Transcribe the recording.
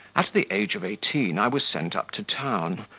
at the age of eighteen i was sent up to town,